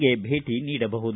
ಗೆ ಭೇಟ ನೀಡಬಹುದು